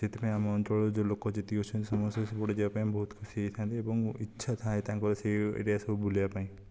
ସେଇଥିପାଇଁ ଆମ ଅଞ୍ଚଳର ଯେଉଁ ଲୋକ ଯେତିକି ଅଛନ୍ତି ସମସ୍ତେ ସେପଟେ ଯିବାକୁ ବହୁତ ଖୁସି ହୋଇଥାନ୍ତି ଏବଂ ଇଛା ଥାଏ ତାଙ୍କର ସେ ଏରିଆ ସବୁ ବୁଲିବା ପାଇଁ